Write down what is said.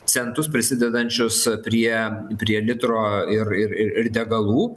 centus prisidedančius prie prie litro ir ir ir ir degalų